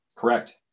correct